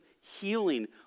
healing